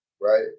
right